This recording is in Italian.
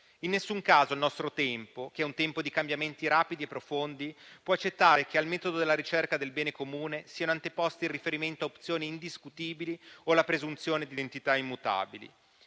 In nessun caso il nostro tempo, che è un tempo di cambiamenti rapidi e profondi, può accettare che al metodo della ricerca del bene comune siano anteposti il riferimento a opzioni indiscutibili o la presunzione di identità immutabili.